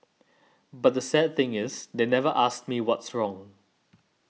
but the sad thing is they never asked me what's wrong